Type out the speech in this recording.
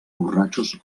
borratxos